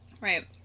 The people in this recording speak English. Right